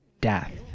death